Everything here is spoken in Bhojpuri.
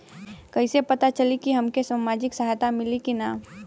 कइसे से पता चली की हमके सामाजिक सहायता मिली की ना?